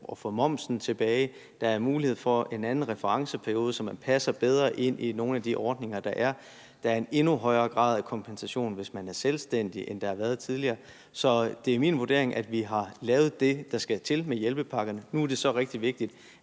at få momsen tilbage, der er mulighed for en anden referenceperiode, så man passer bedre ind i nogle af de ordninger, der er. Og der er en endnu højere grad af kompensation, hvis man er selvstændig, end der har været tidligere. Så det er min vurdering, at vi med hjælpepakkerne har lavet det, der skal til. Og nu er det så rigtig vigtigt,